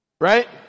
Right